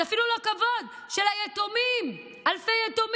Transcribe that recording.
זה אפילו לא כבוד, של היתומים, אלפי יתומים